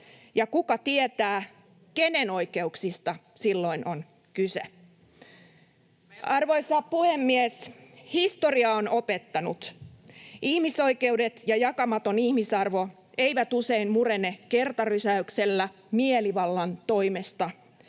Ja kuka tietää kenen oikeuksista silloin on kyse.” Arvoisa puhemies! Historia on opettanut, että ihmisoikeudet ja jakamaton ihmisarvo eivät usein murene kertarysäyksellä mielivallan toimesta,